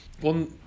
One